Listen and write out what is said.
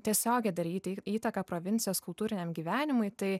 tiesiogiai daryti įtaką provincijos kultūriniam gyvenimui tai